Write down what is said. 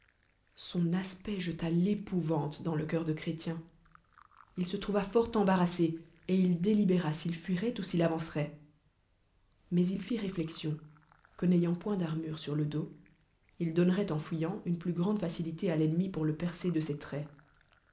son upec jeta l'épouvante dans le cœur d chrétien il se tonva fort embal tassé et il délibéra s'il fuiroit o s'il avancerot mais il fit réfiexio que n'ayant point d'armure sur dos il donneroit en fuyant une plu il grande facilité à l'ennemi pour percer de ses traits